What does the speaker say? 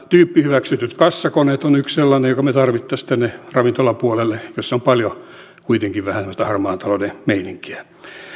tyyppihyväksytyt kassakoneet ovat yksi sellainen joka tarvittaisiin tänne ravintolapuolelle jossa on kuitenkin paljon vähän semmoista harmaan talouden meininkiä